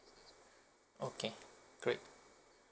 okay good